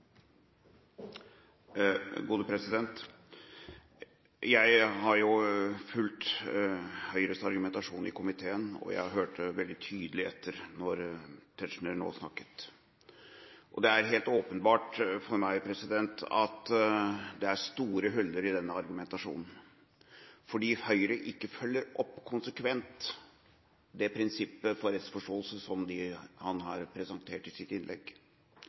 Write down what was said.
Jeg har fulgt Høyres argumentasjon i komiteen, og jeg hørte veldig tydelig etter når Tetzschner nå snakket, og det er helt åpenbart for meg at det er store huller i denne argumentasjonen fordi Høyre ikke konsekvent følger opp det prinsippet for rettsforståelse som Tetzschner her presenterte i sitt innlegg.